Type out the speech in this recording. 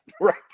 right